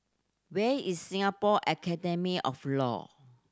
where is Singapore Academy of Law